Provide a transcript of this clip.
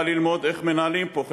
בא ללמוד איך מנהלים פה.